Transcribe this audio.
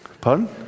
Pardon